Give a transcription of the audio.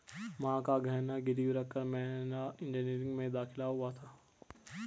मां का गहना गिरवी रखकर मेरा इंजीनियरिंग में दाखिला हुआ था